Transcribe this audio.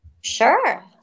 Sure